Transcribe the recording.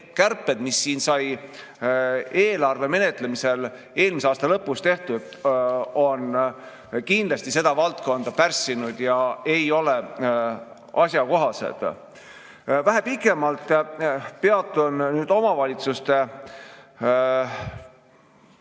kärped, mis siin sai eelarve menetlemisel eelmise aasta lõpus tehtud, on kindlasti seda valdkonda pärssinud ega ole asjakohased. Vähe pikemalt peatun nüüd omavalitsuste